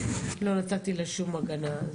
לא נתתי לה שום הגנה.